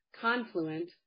Confluent